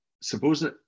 supposing